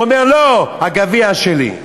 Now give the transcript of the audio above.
הוא אומר: לא, הגביע שלי.